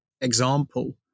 example